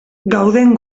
gauden